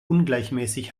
ungleichmäßig